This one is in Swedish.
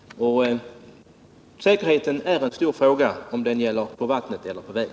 Säkerheten är en stor fråga — såväl på vatten som på väg.